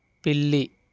పిల్లి